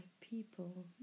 people